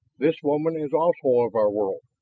this woman is also of our world.